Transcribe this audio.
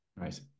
Right